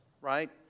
right